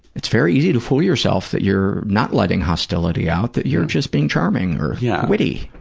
it's very easy to fool yourself that you're not letting hostility out, that you're just being charming or yeah witty.